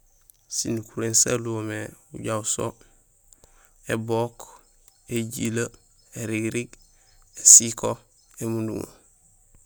Sinukuréén sa luhomé ujaaw so: ébook, éjilee, érigirig, ésiko, émunduŋo.